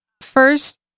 first